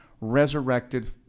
resurrected